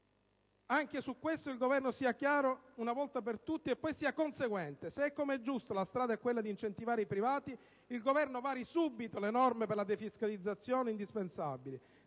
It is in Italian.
Anche su questo, il Governo sia chiaro una volta per tutte e poi sia conseguente: se, come è giusto, la strada è quella di incentivare i privati, il Governo vari subito le norme di defiscalizzazione indispensabili;